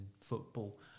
football